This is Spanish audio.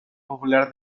popular